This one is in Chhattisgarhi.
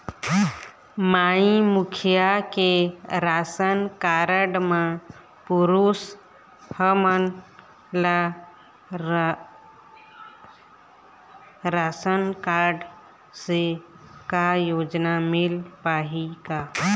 माई मुखिया के राशन कारड म पुरुष हमन ला रासनकारड से का योजना मिल पाही का?